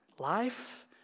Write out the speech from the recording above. Life